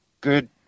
Good